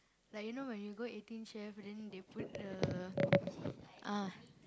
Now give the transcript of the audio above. like you know when you go Eighteen-Chef then they put the ah